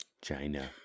China